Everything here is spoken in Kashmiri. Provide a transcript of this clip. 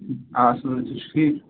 اَصٕل تُہۍ چھُو ٹھیٖک